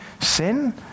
sin